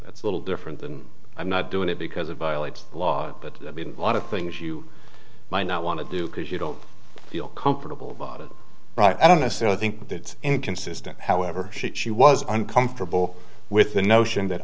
that's a little different than i'm not doing it because it violates the law but i mean a lot of things you might not want to do because you don't feel comfortable about it but i don't necessarily think that's inconsistent however she was uncomfortable with the notion